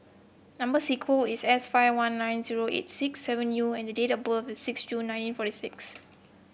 number is S five one nine zero eight six seven U and the date of birth is six June nineteen forty six